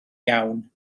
iawn